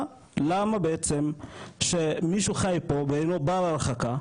למה בעצם שמישהו חי פה ואינו בר-הרחקה,